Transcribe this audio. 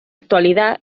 actualidad